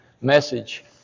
message